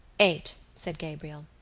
eight, said gabriel.